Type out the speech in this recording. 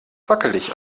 wackelig